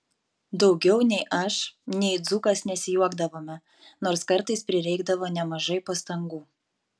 daugiau nei aš nei dzūkas nesijuokdavome nors kartais prireikdavo nemažai pastangų